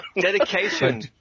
Dedication